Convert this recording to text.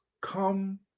come